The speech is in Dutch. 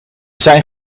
zijn